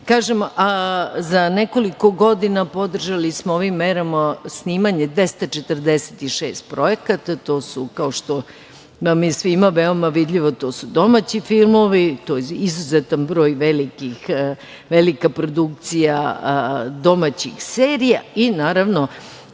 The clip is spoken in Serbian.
Kažem, za nekoliko godina podržali smo ovim merama snimanje 246 projekata, to su kao što je svima veoma vidljivo, to su domaći filmovi. To je izuzetan broj velikih produkcija domaćih serija i naravno